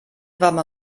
warme